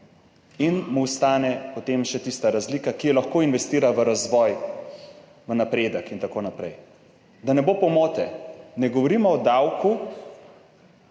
in mu ostane potem še tista razlika, ki jo lahko investira v razvoj, napredek in tako naprej. Da ne bo pomote, ne govorimo o davku,